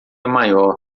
maior